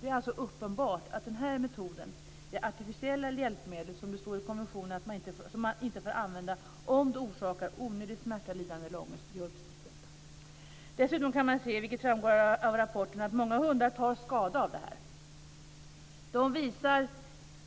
Det är alltså uppenbart att metoden att använda artificiella hjälpmedel, som det står i konventionen att man inte får använda om de orsakar onödig smärta, lidande eller ångest, gör precis detta. Dessutom kan man se, vilket framgår av rapporten, att många hundar tar skada av eldressyr. De visar